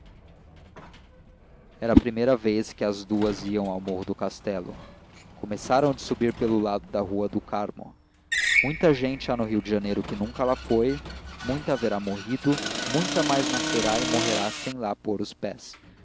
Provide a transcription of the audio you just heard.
era a primeira vez que as duas iam ao morro do castelo começaram de subir pelo lado da rua do carmo muita gente há no rio de janeiro que nunca lá foi muita haverá morrido muita mais nascerá e morrerá sem lá pôr os pés